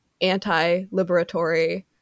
anti-liberatory